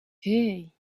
hey